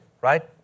right